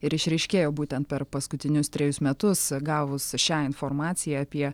ir išryškėjo būtent per paskutinius trejus metus gavus šią informaciją apie